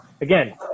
again